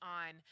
on